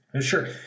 Sure